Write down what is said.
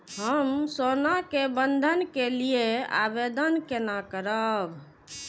हम सोना के बंधन के लियै आवेदन केना करब?